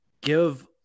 give